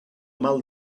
mal